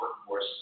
workforce